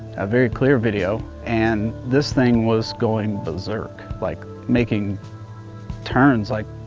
a very clear video, and this thing was going berserk, like making turns like